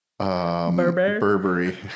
Burberry